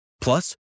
Plus